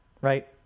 right